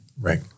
right